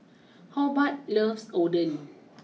Hobart loves Oden